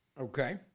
Okay